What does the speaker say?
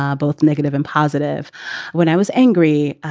um both negative and positive when i was angry.